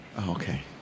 okay